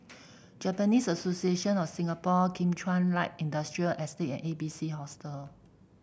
Japanese Association of Singapore Kim Chuan Light Industrial Estate and A B C Hostel